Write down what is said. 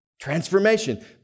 Transformation